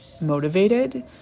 motivated